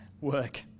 work